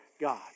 God